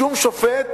שום שופט